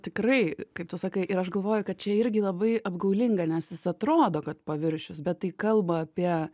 tikrai kaip tu sakai ir aš galvoju kad čia irgi labai apgaulinga nes jis atrodo kad paviršius bet tai kalba apie